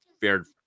fared